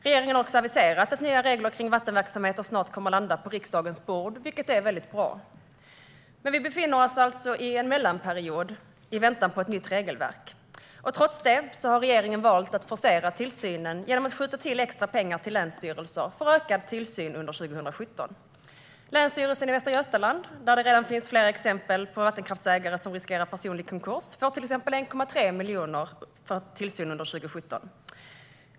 Regeringen har också aviserat att nya regler för vattenverksamheter snart kommer att landa på riksdagens bord, vilket är väldigt bra. Vi befinner oss alltså i en mellanperiod i väntan på ett nytt regelverk. Trots det har regeringen valt att forcera tillsynen genom att skjuta till extra pengar till länsstyrelser för ökad tillsyn under 2017. Länsstyrelsen i Västra Götaland, där det redan finns flera exempel på vattenkraftsägare som riskerar personlig konkurs, får till exempel 1,3 miljoner för tillsyn under 2017.